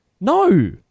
No